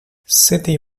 ситий